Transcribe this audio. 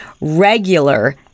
regular